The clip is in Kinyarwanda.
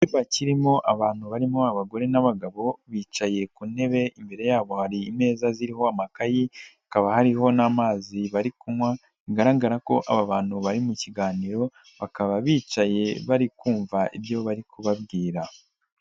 Icyumba kirimo abantu barimo abagore n'abagabo bicaye ku ntebe, imbere yabo hari ameza ariho amakayi, hakaba hariho n'amazi bari kunywa bigaragara ko aba bantu bari mu kiganiro, bakaba bicaye bari kumva ibyo bari kubabwira.